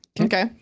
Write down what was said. Okay